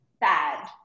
bad